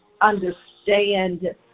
understand